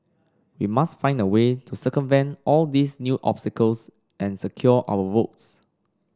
we must find a way to circumvent all these new obstacles and secure our votes